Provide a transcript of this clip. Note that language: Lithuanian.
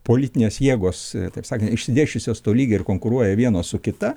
politinės jėgos taip sakant išsidėsčiusios tolygiai ir konkuruoja viena su kita